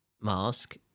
mask